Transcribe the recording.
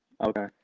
okay